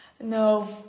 No